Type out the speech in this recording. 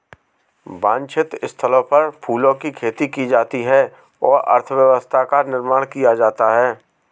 वांछित स्थलों पर फलों की खेती की जाती है और अर्थव्यवस्था का निर्माण किया जाता है